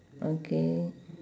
okay